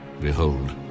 Behold